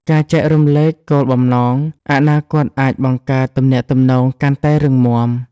ការចែករំលែកគោលបំណងអនាគតអាចបង្កើតទំនាក់ទំនងកាន់តែរឹងមាំ។